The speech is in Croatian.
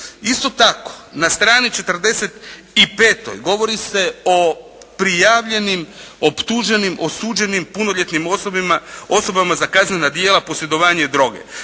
Isto tako na strani 45 govori se o prijavljenim, optuženim, osuđenim punoljetnim osobama za kaznena djela posjedovanje droge.